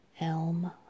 elm